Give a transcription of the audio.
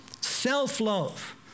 Self-love